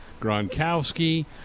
Gronkowski